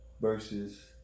versus